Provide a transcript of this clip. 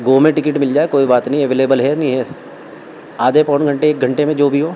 گو میں ٹکٹ مل جائے کوئی بات نہیں اویلیبل ہے نہیں ہے آدھے پون گھنٹے ایک گھنٹے میں جو بھی ہو